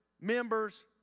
members